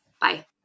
Bye